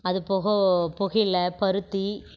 அது போக புகையிலை பருத்தி